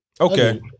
Okay